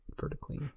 vertically